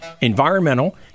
environmental